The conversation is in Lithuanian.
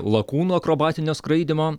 lakūnu akrobatinio skraidymo